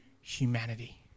humanity